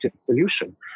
solution